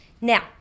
Now